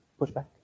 Pushback